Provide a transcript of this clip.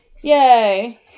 Yay